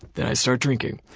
then i start drinking.